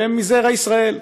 שהם מזרע ישראל,